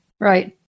Right